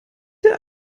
der